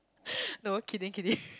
no kidding kidding